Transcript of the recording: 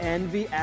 Envy